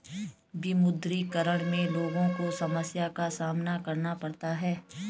विमुद्रीकरण में लोगो को समस्या का सामना करना पड़ता है